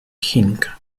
chinka